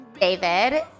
David